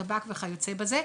טבק וכיוצא בזה.